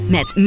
Met